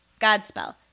Godspell